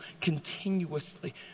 continuously